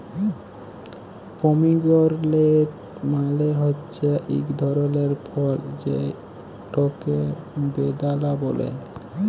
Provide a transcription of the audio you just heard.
pomegranate মালে হছে ইক ধরলের ফল যেটকে বেদালা ব্যলে